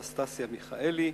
אנסטסיה מיכאלי,